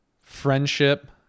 friendship